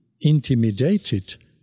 intimidated